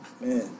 man